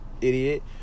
idiot